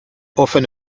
often